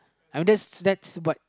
I know that's that's what